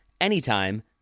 anytime